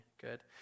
good